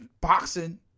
boxing